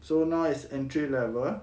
so now is entry level